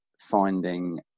finding